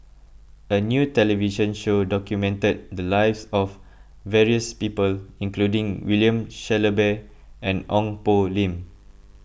a new television show documented the lives of various people including William Shellabear and Ong Poh Lim